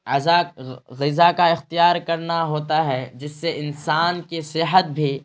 عزا غذا کا اختیار کرنا ہوتا ہے جس سے انسان کی صحت بھی